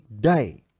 day